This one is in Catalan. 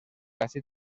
àcid